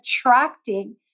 attracting